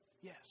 yes